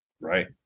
Right